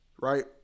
Right